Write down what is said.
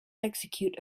execute